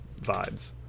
vibes